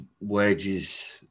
wages